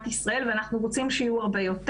ישראל ואנחנו רוצים שיהיו הרבה יותר.